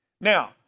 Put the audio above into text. Now